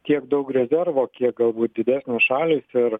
tiek daug rezervo kiek galbūt didesnės šalys ir